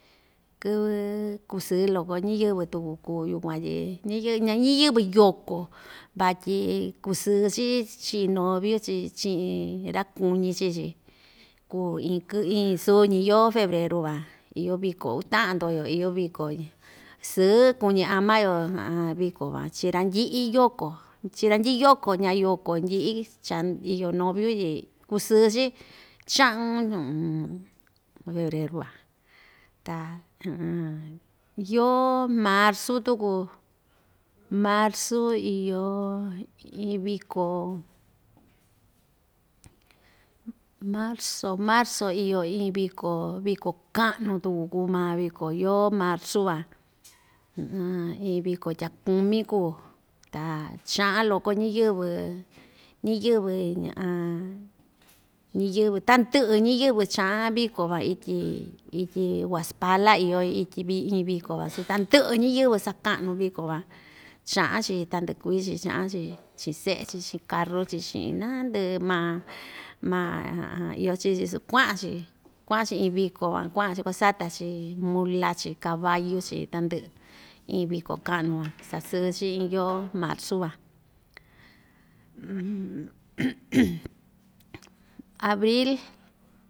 Kɨvɨ kusɨɨ loko ñiyɨvɨ tuku kuu yukuan tyi ñiyɨ ña ñiyɨvɨ yoko vatyi kusɨɨ‑chi chii noviu‑chi chiꞌin ra‑kuñi chii‑chi kuu iin kɨ iin suñi yoo febreru van iyo viko uta'an ndoyo iyo viko sɨɨ kuñi ama‑yo chi viko van chi randyi'i yoko chii randyi'i yoko ña'a yoko ndyi'i cha iyo noviu tyi kusɨɨ‑chi cha'un febreru van ta, ta yoo marzu tuku marzu iyo iin viko, marzo, marzo iyo iin viko viko ka'nu tuku kuu ma viko yoo marzu van iin viko tyakumí kuu ta cha'an loko ñiyɨvɨ ñiyɨvɨ ñiyɨvɨ tandɨ'ɨ ñiyɨvɨ cha'an viko van ityi ityi huaxpala iyo ityi vi iin viko van su tandɨ'ɨ ñiyɨvɨ saka'nu viko van cha'an‑chi tandɨ'ɨ kuii‑chi cha'an‑chi chi'in se'e‑chi chi'in karu‑chi chi'in nandɨ'ɨ maa maa iyo maa chi‑chi su kua'an‑chi kua'an‑chi iin viko van kua'an‑chi kuasata‑chi mula‑chi caballu‑chi tandɨ'ɨ iin viko ka'nu van sa'a sɨɨ‑chi iin yoo marzu van abril.